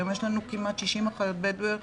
היום יש לנו כמעט 60 אחיות בדואיות,